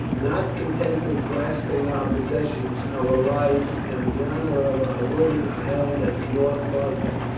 not content with grasping our possessions, our lives and the honour of our women are held as nought by them,